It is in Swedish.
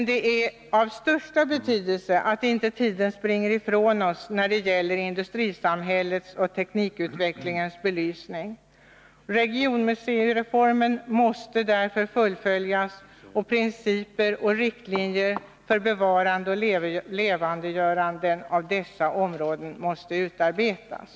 Det är av största betydelse att tiden inte springer ifrån oss när det gäller industrisamhällets och teknikutvecklingens belysning. Regionmuseireformen måste därför fullföljas, och principer och riktlinjer för bevarande och levandegörande av dessa områden måste utarbetas.